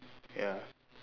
ya